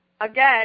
again